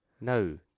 No